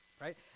right